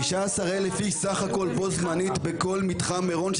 16,000 איש סך הכול בו-זמנית בכל מתחם מירון,